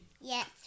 Yes